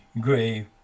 gray